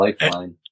lifeline